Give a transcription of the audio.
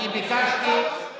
מי שתומך טרור,